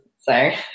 sorry